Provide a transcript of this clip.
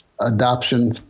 adoption